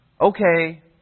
okay